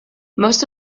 most